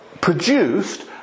produced